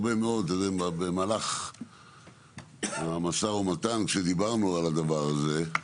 במהלך המשא ומתן כשדיברנו על הדבר הזה,